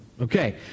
Okay